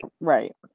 right